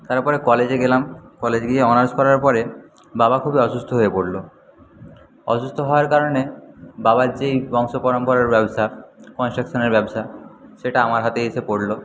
তারপরে কলেজে গেলাম কলেজ গিয়ে অনার্স করার পরে বাবা খুবই অসুস্থ হয়ে পড়ল অসুস্থ হওয়ার কারণে বাবার যেই বংশ পরম্পরার ব্যবসা কনস্ট্রাকশনের ব্যবসা সেটা আমার হাতে এসে পড়ল